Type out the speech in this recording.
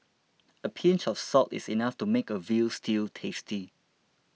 a pinch of salt is enough to make a Veal Stew tasty